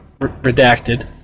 redacted